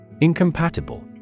Incompatible